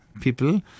people